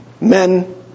men